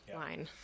line